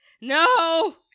No